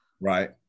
right